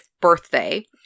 birthday